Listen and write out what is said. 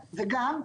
גם,